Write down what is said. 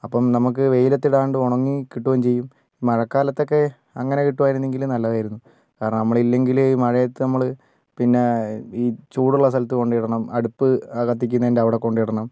അപ്പം നമുക്ക് വെയിലത്തിടാണ്ട് ഉണങ്ങി കിട്ടുകയും ചെയ്യും മഴക്കാലത്തൊക്കെ അങ്ങനെ കിട്ടുമായിരുന്നെങ്കിൽ നല്ലതായിരുന്നു കാരണം നമ്മളില്ലെങ്കിൽ മഴയത്ത് നമ്മൾ പിന്നെ ഈ ചൂടുള്ള സ്ഥലത്തു കൊണ്ടുപോയിടണം അടുപ്പ് കത്തിക്കുന്നതിന്റെ അവിടെ കൊണ്ടിടണം